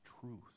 truth